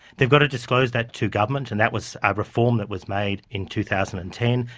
they've got to disclose that to government, and that was a reform that was made in two thousand and ten.